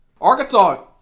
Arkansas